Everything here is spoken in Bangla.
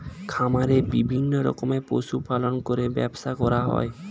খামারে বিভিন্ন রকমের পশু পালন করে ব্যবসা করা হয়